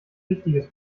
wichtiges